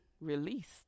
released